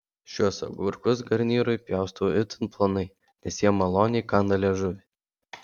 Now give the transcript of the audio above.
šiuos agurkus garnyrui pjaustau itin plonai nes jie maloniai kanda liežuvį